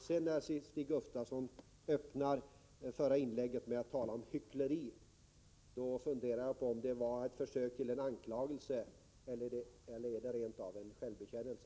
Stig Gustafsson öppnade sitt förra inlägg med att tala om hyckleri. Jag funderade över om det var ett försök till anklagelse eller om det rent av var en självbekännelse.